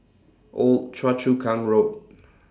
Old Choa Chu Kang Road